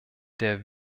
der